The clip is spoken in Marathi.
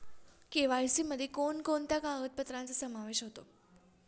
के.वाय.सी मध्ये कोणकोणत्या कागदपत्रांचा समावेश होतो?